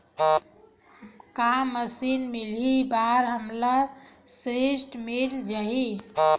का मशीन मिलही बर हमला ऋण मिल जाही?